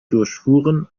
durchfuhren